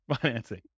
financing